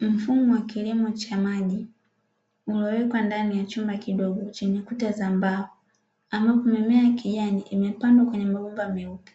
Mfumo wa kilimo cha maji uliowekwa ndani ya chumba kidogo chenye kuta za mbao ambapo mimea ya kijani imepandwa kwenye mabomba meupe,